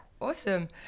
Awesome